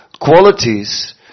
qualities